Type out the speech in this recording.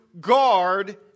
guard